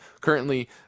Currently